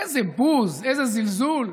איזה בוז, איזה זלזול.